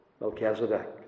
Melchizedek